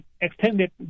extended